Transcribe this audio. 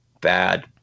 bad